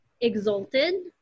Exalted